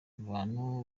abantu